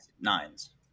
nines